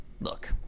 Look